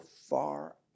far